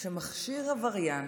שמכשיר עבריין